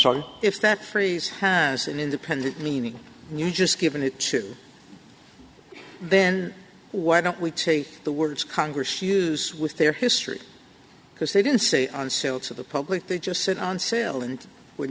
sorry if that freeze has an independent meaning you just given it to then why don't we take the words congress use with their history because they didn't say on sale to the public they just sit on sale and when